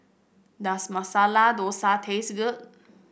does Masala Dosa taste good